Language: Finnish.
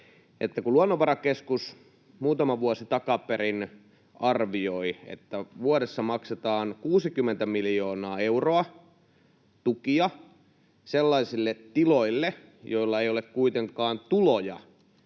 Luonnonvarakeskus muutama vuosi takaperin arvioi, että vuodessa maksetaan 60 miljoonaa euroa tukia sellaisille tiloille, joilla ei ole kuitenkaan tuloja